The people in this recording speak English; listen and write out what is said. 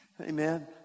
Amen